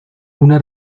una